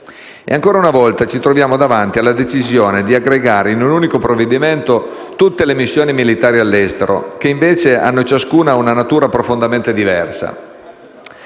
E ancora una volta ci troviamo davanti alla decisione di aggregare in un unico provvedimento tutte le missioni militari all'estero, che invece hanno ciascuna una natura profondamente diversa.